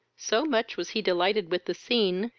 so much was he delighted with the scene,